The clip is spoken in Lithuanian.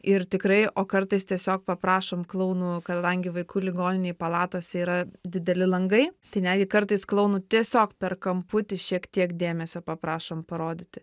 ir tikrai o kartais tiesiog paprašom klounų kadangi vaikų ligoninėj palatose yra dideli langai tai netgi kartais klounų tiesiog per kamputį šiek tiek dėmesio paprašom parodyti